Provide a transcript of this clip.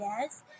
yes